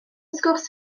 sgwrs